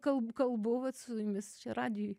kalb kalbu vat su jumis radijuj